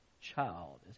child